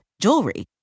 jewelry